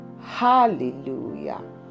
hallelujah